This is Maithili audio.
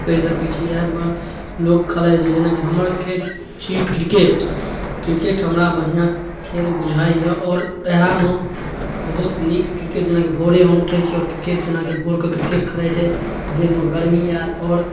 कहि सकै छी इएहे दुआरे लोक खेलाइ छै जेना हमर खेल छी क्रिकेट क्रिकेट हमरा बढ़िआँ खेल बुझाइये आओर इएहेमे बहुत नीक क्रिकेट जेना कि भोरे हम उठै छी आओर क्रिकेट जेना कि भोरके क्रिकेट खेलाय छै तऽ देहमे गर्मी आयल आओर